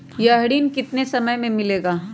यह ऋण कितने समय मे मिलेगा?